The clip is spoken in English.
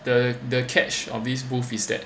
the the catch of this booth is that